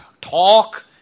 talk